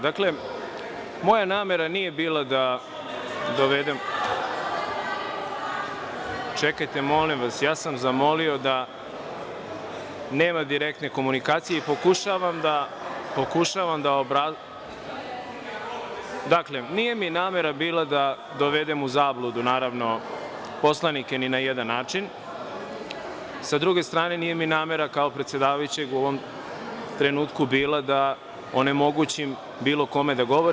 Dakle, moja namera nije bila da dovedem, čekajte molim vas, ja sam zamolio da nema direktne komunikacije i pokušavam da obrazložim, nije mi namera bila da dovedem u zabludu poslanike ni na jedan način, a sa druge strane, nije mi namera kao predsedavajućeg u ovom trenutku bila da onemogućim bilo kome da govori.